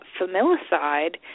familicide